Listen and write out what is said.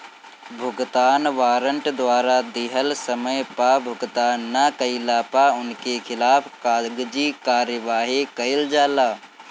भुगतान वारंट द्वारा दिहल समय पअ भुगतान ना कइला पअ उनकी खिलाफ़ कागजी कार्यवाही कईल जाला